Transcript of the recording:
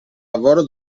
lavoro